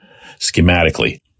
schematically